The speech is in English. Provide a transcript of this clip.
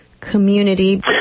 community